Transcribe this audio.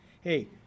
Hey